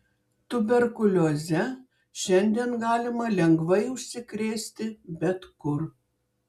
tuberkulioze šiandien galima lengvai užsikrėsti bet kur